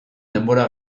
denbora